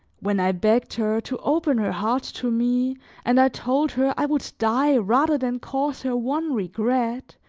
when i begged her to open her heart to me and i told her i would die rather than cause her one regret,